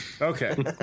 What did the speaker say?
Okay